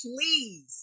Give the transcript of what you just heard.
please